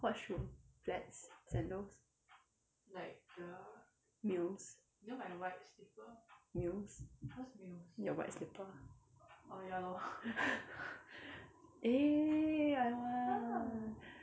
what shoe flats sandals your white slipper eh I want